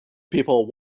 people